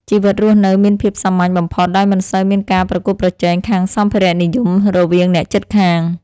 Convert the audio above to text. ជីវិតរស់នៅមានភាពសាមញ្ញបំផុតដោយមិនសូវមានការប្រកួតប្រជែងខាងសម្ភារៈនិយមរវាងអ្នកជិតខាង។